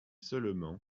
seulement